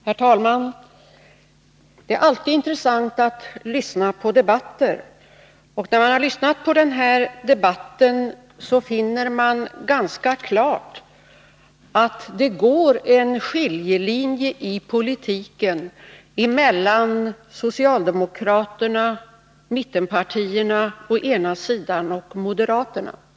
Herr talman! Det är alltid intressant att lyssna på debatter. Efter att ha lyssnat på den här debatten framstår det för mig som ganska klart att det går en skiljelinje i politiken mellan socialdemokraterna och mittenpartierna å ena sidan och moderaterna å den andra.